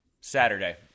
Saturday